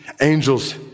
angels